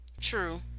True